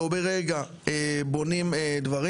לא ברגע בונים דברים.